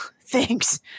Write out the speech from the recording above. thanks